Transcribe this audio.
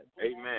Amen